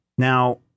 Now